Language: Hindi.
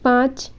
पाँच